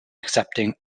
accepting